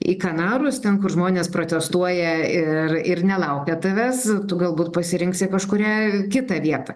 į kanarus ten kur žmonės protestuoja ir ir nelaukia tavęs tu galbūt pasirinksi kažkurią kitą vietą